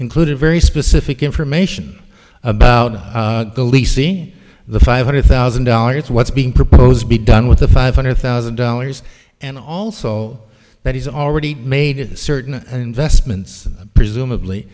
included very specific information about the lisi the five hundred thousand dollars what's being proposed be done with the five hundred thousand dollars and also that he's already made certain investments presumably